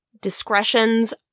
discretions